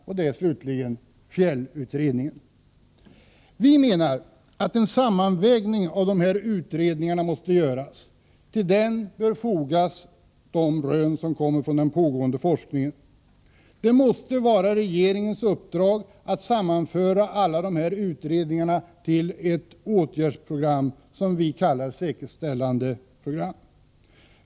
Det är slutligen fjällutredningen. Vi menar att en sammanvägning av de här utredningarna måste göras. Till denna bör fogas de rön som kommer från den pågående forskningen. Det måste vara regeringens uppdrag att sammanföra alla de här utredningarna till ett åtgärdsprogram, som vi kallar säkerställandeprogram.